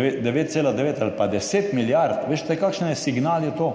9,9 ali pa 10 milijard, veste, kakšen signal je